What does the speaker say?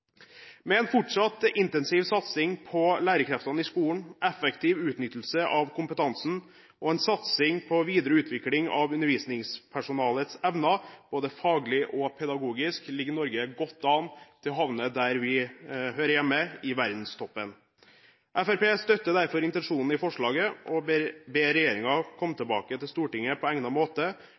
Med en fortsatt intensiv satsing på lærerkreftene i skolen, effektiv utnyttelse av kompetansen og en satsing på videre utvikling av undervisningspersonalets evner, både faglig og pedagogisk, ligger Norge godt an til å havne der vi hører hjemme, i verdenstoppen. Fremskrittspartiet støtter derfor intensjonen i forslaget om å be regjeringen komme tilbake til Stortinget på egnet måte